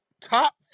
top